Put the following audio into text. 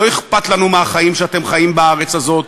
לא אכפת לנו מה החיים שאתם חיים בארץ הזאת,